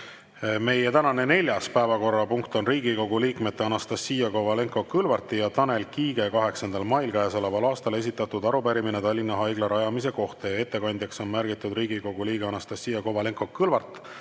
Meie tänane neljas päevakorrapunkt on Riigikogu liikmete Anastassia Kovalenko-Kõlvarti ja Tanel Kiige 8. mail käesoleval aastal esitatud arupärimine Tallinna Haigla rajamise kohta. Ettekandjaks on märgitud Riigikogu liige Anastassia Kovalenko-Kõlvart,